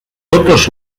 totes